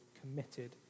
committed